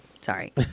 Sorry